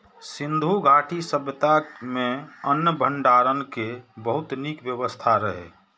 सिंधु घाटी सभ्यता मे अन्न भंडारण के बहुत नीक व्यवस्था रहै